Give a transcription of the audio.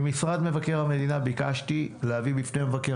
ממשרד מבקר המדינה ביקשתי להביא בפני מבקר